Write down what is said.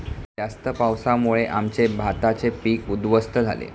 जास्त पावसामुळे आमचे भाताचे पीक उध्वस्त झाले